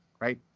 right